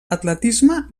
atletisme